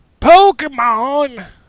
Pokemon